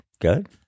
good